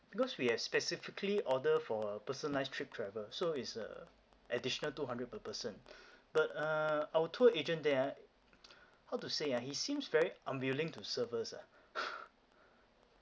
because we have specifically order for a personalized trip travel so it's uh additional two hundred per person but uh our tour agent there ah how to say ah he seems very unwilling to serve us ah